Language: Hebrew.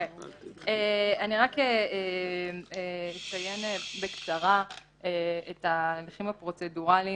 אני אציין בקצרה את ההליכים הפרוצדורליים,